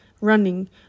running